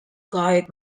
guyed